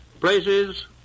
places